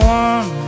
one